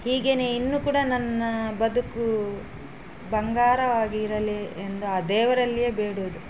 ಹೀಗೇ ಇನ್ನು ಕೂಡ ನನ್ನ ಬದುಕು ಬಂಗಾರವಾಗಿ ಇರಲಿ ಎಂದು ಆ ದೇವರಲ್ಲಿಯೇ ಬೇಡೋದು